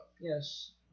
Yes